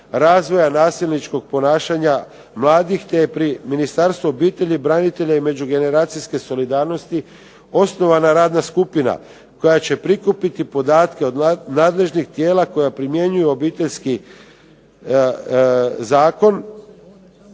razvoja nasilničkog ponašanja mladih te je pri Ministarstvu obitelji, branitelja i međugeneracijske solidarnosti osnovana radna skupina koja će prikupiti podatke od nadležnih tijela koja primjenjuju Obiteljski zakon,